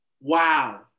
wow